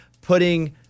putting